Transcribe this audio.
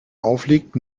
auflegt